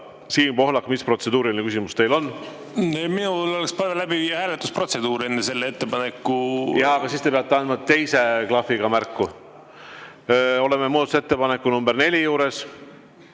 Siim Pohlak, mis protseduuriline küsimus teil on? Minul oleks palve läbi viia hääletusprotseduur enne selle ettepaneku … Jaa, aga siis te peate andma teise klahviga märku. Oleme muudatusettepaneku nr 4 juures.